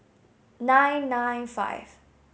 nine nine five